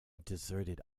deserted